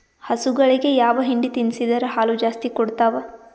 ಹಸುಗಳಿಗೆ ಯಾವ ಹಿಂಡಿ ತಿನ್ಸಿದರ ಹಾಲು ಜಾಸ್ತಿ ಕೊಡತಾವಾ?